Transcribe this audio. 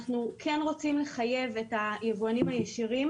אנחנו כן רוצים לחייב את היבואנים הישירים